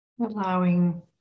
Allowing